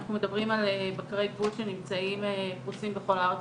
אנחנו מדברים על בקרי גבול שנמצאים פרושים בכל הארץ